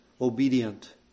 obedient